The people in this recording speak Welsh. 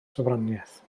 sofraniaeth